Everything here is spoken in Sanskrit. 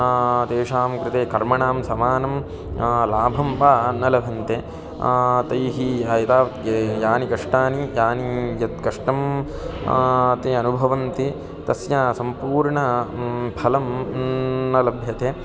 तेषां कृते कर्मणां समानं लाभं वा न लभन्ते तैः यः यदा य य यानि कष्टानि यानि यत् कष्टं ते अनुभवन्ति तस्या सम्पूर्ण फलं न लभ्यते